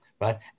right